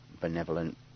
benevolent